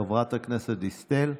חברת הכנסת דיסטל,